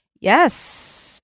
Yes